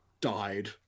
died